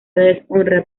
deshonra